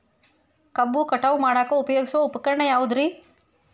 ಕಬ್ಬು ಕಟಾವು ಮಾಡಾಕ ಉಪಯೋಗಿಸುವ ಉಪಕರಣ ಯಾವುದರೇ?